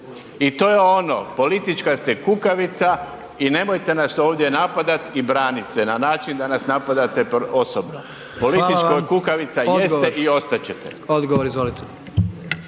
I to je ono politička ste kukavica i nemojte nas ovdje napadati i braniti se na način da nas napadate osobno. Politička kukavica jeste i ostati ćete.